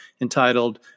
entitled